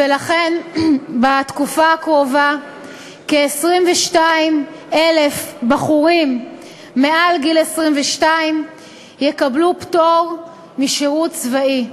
ולכן בתקופה הקרובה כ-22,000 בחורים מעל גיל 22 יקבלו פטור משירות צבאי.